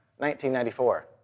1994